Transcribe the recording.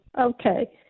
okay